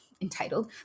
entitled